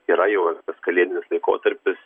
yra jau ir tas kalėdinis laikotarpis